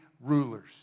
rulers